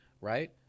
right